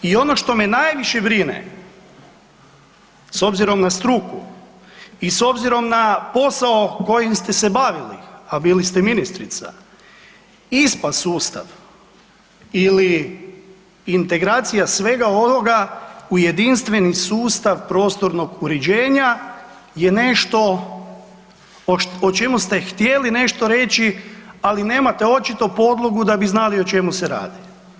I ono što me najviše brine s obzirom na struku i s obzirom na posao s kojim ste se bavili, a bili ste ministrica ISP-a sustav ili integracija svega onoga u jedinstveni sustav prostornog uređenja je nešto o čemu ste htjeli nešto reći, ali nemate očito podlogu da bi znali o čemu se radi.